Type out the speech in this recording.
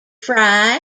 frey